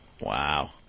Wow